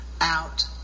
out